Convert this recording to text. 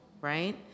right